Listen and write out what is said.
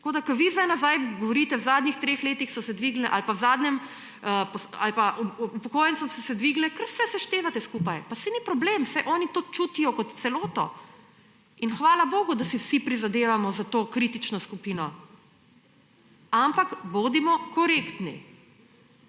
8 %. Ko vi za nazaj govorite, da v zadnjih treh letih so se dvignile, ali pa v zadnjem, ali pa upokojencem so se dvignile, kar vse seštevate skupaj. Pa saj ni problem, saj oni to čutijo kot celoto. In hvala bogu, da si vsi prizadevamo za to kritično skupino. Ampak bodimo korektni.